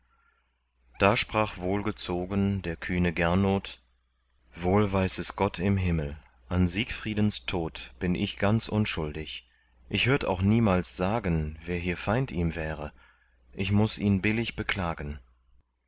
da sprach wohlgezogen der kühne gernot wohl weiß es gott im himmel an siegfriedens tod bin ich ganz unschuldig ich hört auch niemals sagen wer hier feind ihm wäre ich muß ihn billig beklagen